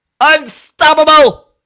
Unstoppable